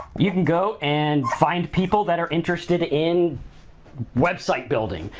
you can go and find people that are interested in website building,